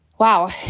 Wow